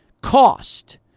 cost